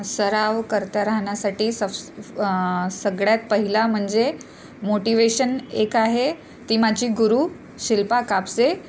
सराव करता राहण्यासाठी सफ सगळ्यात पहिला म्हणजे मोटिवेशन एक आहे ती माझी गुरु शिल्पा कापसे